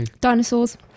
Dinosaurs